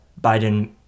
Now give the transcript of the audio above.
Biden